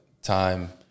Time